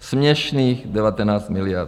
Směšných 19 miliard.